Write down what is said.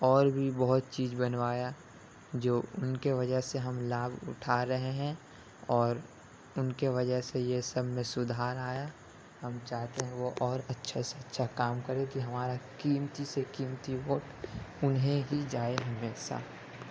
اور بھی بہت چیز بنوایا جو اُن کے وجہ سے ہم لابھ اٹھا رہے ہیں اور اُن کے وجہ سے یہ سب میں سدھار آیا ہم چاہتے ہیں وہ اور اچھے سے اچھا کام کریں کہ ہمارا قیمتی سے قیمتی ووٹ انہیں ہی جائے ہمیشہ